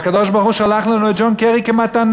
והקדוש-ברוך-הוא שלח לנו את ג'ון קרי כמתנה,